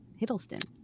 hiddleston